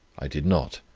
i did not.